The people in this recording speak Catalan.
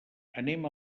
anem